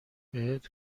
بهت